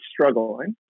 struggling